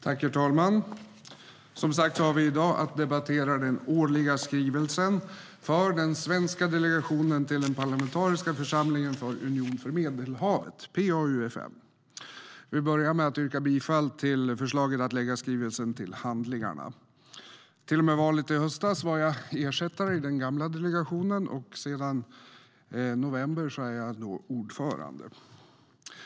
Herr talman! I dag har vi att debattera den årliga skrivelsen för den svenska delegationen till den parlamentariska församlingen för Unionen för Medelhavet, PA-UfM. Jag vill börja med att yrka bifall till förslaget att lägga skrivelsen till handlingarna. Till och med valet i höstas var jag ersättare i den gamla delegationen, men sedan november är jag ordförande.